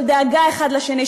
של דאגה האחד לשני,